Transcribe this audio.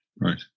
right